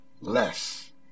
less